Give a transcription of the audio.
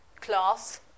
Class